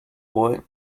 boy